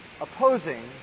opposing